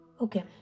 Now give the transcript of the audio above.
Okay